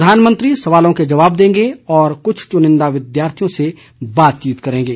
प्रधानमंत्री सवालों के जवाब देंगे और कुछ चुनिंदा विद्यार्थियों से बातचीत करेंगे